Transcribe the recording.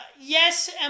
yes